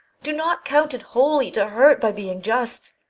do not count it holy to hurt by being just.